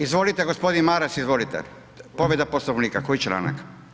Izvolite gospodin Maras, izvolite, povreda Poslovnika, koji članak?